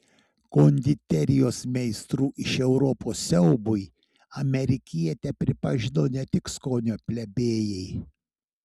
konditerijos meistrų iš europos siaubui amerikietę pripažino ne tik skonio plebėjai